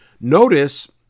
notice